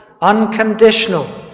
Unconditional